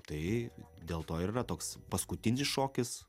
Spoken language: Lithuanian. tai dėl to ir yra toks paskutinis šokis